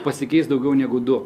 pasikeis daugiau negu du